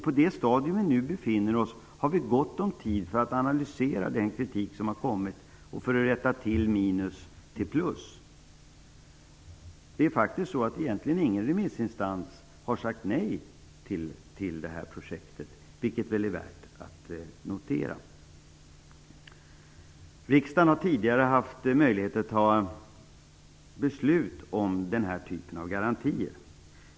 På det stadium som vi nu befinner oss på har vi gott om tid för att analysera den kritik som har kommit och för att rätta minus till plus. Egentligen har ingen remissinstans sagt nej till det här projektet, och det är väl värt att notera. Riksdagen har tidigare haft möjligheter att fatta beslut om den här typen av garantier.